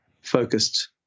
focused